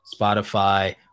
Spotify